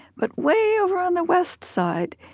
but way over on the west side,